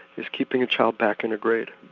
is keeping a child back in a grade